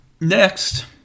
Next